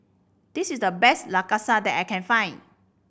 this is the best Lasagne that I can find